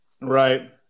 Right